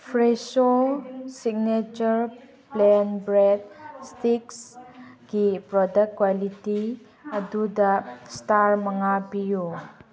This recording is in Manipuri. ꯐ꯭ꯔꯦꯁꯣ ꯁꯤꯛꯅꯦꯆꯔ ꯄ꯭ꯂꯦꯟ ꯕ꯭ꯔꯦꯠ ꯏꯁꯇꯤꯛꯀꯤ ꯄꯔꯗꯛ ꯀ꯭ꯋꯥꯂꯤꯇꯤ ꯑꯗꯨꯗ ꯏꯁꯇꯥꯔ ꯃꯉꯥ ꯄꯤꯌꯨ